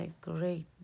great